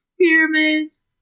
Pyramids